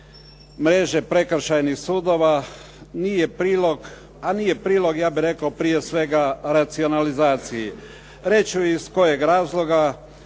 mreže prekršajnih sudova nije prilog a nije prilog ja bih rekao prije svega racionalizaciji. Reći ću iz kojeg razloga.